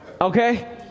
okay